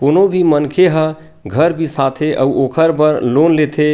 कोनो भी मनखे ह घर बिसाथे अउ ओखर बर लोन लेथे